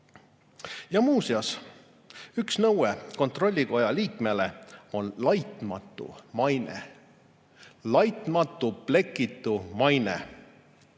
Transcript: Muuseas, üks nõue kontrollikoja liikmele on laitmatu maine. Laitmatu, plekitu maine.